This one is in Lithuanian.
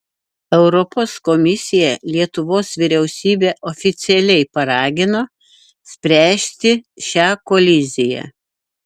europos komisija lietuvos vyriausybę oficialiai paragino spręsti šią koliziją